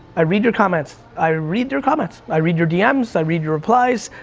i read your comments, i read your comments, i read your dm's, i read your replies,